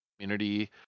community